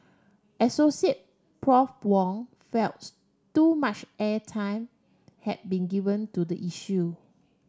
Associate Prof Wong felt too much airtime had been given to the issue